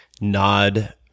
nod